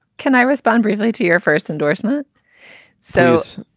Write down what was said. can i respond briefly to your first endorsement says?